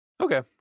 Okay